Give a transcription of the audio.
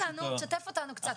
תשתף אותנו קצת,